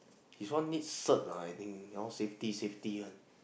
this one need cert lah I think you know safety safety one